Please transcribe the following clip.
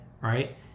right